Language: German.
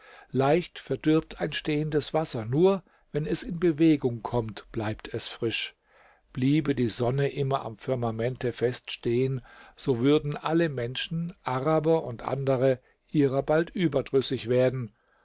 leicht verdirbt ein stehendes wasser nur wenn es in bewegung kommt bleibt es frisch bliebe die sonne immer am firmamente fest stehen so würden alle menschen araber und andere ihrer bald überdrüssig werden